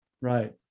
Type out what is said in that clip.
right